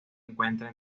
encuentra